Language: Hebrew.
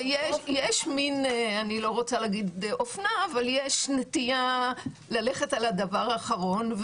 יש מין אני לא רוצה להגיד "אופנה" אבל יש נטייה ללכת על הדבר האחרון,